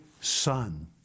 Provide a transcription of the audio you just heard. son